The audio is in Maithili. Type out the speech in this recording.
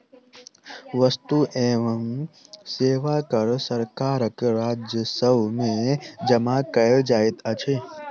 वस्तु एवं सेवा कर सरकारक राजस्व में जमा कयल जाइत अछि